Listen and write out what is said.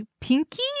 Pinky